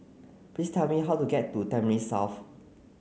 please tell me how to get to Tampines South